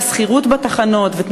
רק נשאלת השאלה: האם